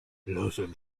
lasem